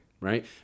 Right